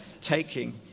taking